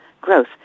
growth